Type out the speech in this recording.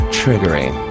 triggering